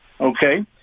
okay